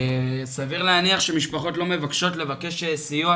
סביר להניח שמשפחות לא פונות לבקש סיוע,